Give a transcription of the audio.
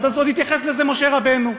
אז עוד התייחס לזה משה רבנו.